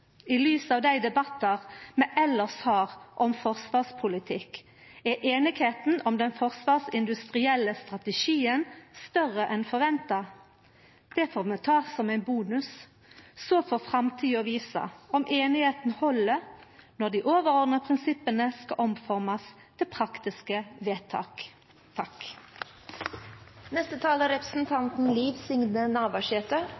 I lys av dei debattane vi elles har om forsvarspolitikk, er einigheita om den forsvarsindustrielle strategien større enn forventa. Det får vi ta som ein bonus. Så får framtida visa om einigheita held når dei overordna prinsippa skal omformast til praktiske vedtak.